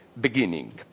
beginning